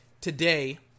today